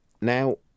Now